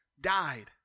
died